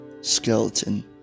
Skeleton